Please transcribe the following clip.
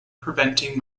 preventing